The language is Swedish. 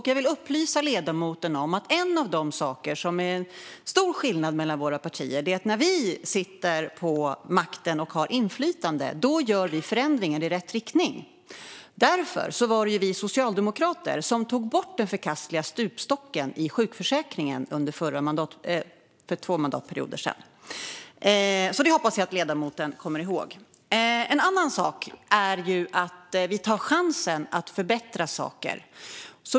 Jag vill upplysa ledamoten om att en av de saker där det är stor skillnad mellan våra partier är att när vi sitter på makten och har inflytande gör vi förändringar i rätt riktning. Därför var det vi socialdemokrater som för två mandatperioder sedan tog bort den förkastliga stupstocken i sjukförsäkringen. Det hoppas jag att ledamoten kommer ihåg. En annan sak är att vi tar chansen att förbättra saker.